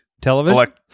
Television